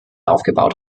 aufgebaut